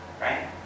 right